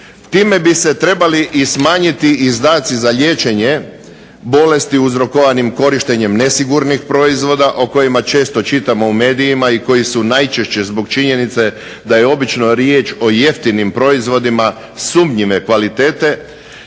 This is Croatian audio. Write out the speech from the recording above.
Time bi se trebali i smanjiti izdaci za liječenje bolesti uzrokovani korištenjem nesigurnih proizvoda o kojima često čitamo u medijima i koji su najčešće zbog činjenice da je obično riječ o jeftinim proizvodima sumnjive kvalitete